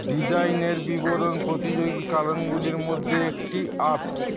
ডিজাইনের বিবরণ প্রতিযোগী কারণগুলির মধ্যে একটি